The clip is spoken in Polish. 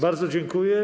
Bardzo dziękuję.